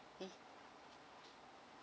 mmhmm